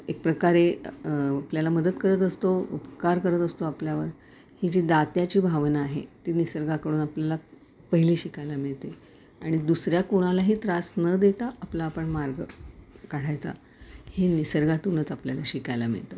एक प्रकारे आपल्याला मदत करत असतो उपकार करत असतो आपल्यावर ही जी दात्याची भावना आहे ती निसर्गाकडून आपल्याला पहिली शिकायला मिळते आणि दुसऱ्या कोणालाही त्रास न देता आपला आपण मार्ग काढायचा हे निसर्गातूनच आपल्याला शिकायला मिळतं